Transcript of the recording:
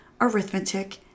arithmetic